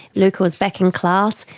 luca was back in class,